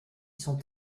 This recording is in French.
sont